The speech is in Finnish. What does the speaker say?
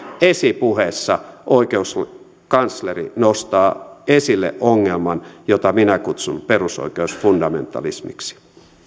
esipuheessa oikeuskansleri nostaa esille ongelman jota minä kutsun perusoikeusfundamentalismiksi